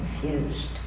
confused